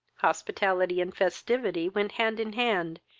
hospitality and festivity went hand in hand,